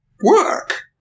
work